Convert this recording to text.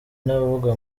n’abavuga